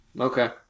Okay